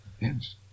Yes